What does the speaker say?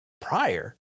Prior